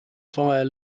fire